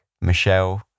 Michelle